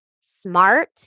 smart